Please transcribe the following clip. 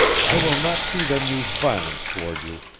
i will not see them use violence toward you.